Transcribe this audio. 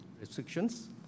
restrictions